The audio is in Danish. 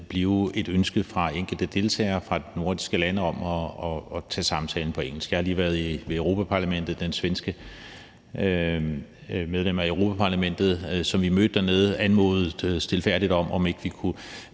hurtigt komme et ønske fra enkelte deltagere fra nordiske lande om at tage samtalen på engelsk. Jeg har lige været i Europa-Parlamentet, og det svenske medlem af Europa-Parlamentet, som vi mødte dernede, anmodede stilfærdigt om, om vi ikke kunne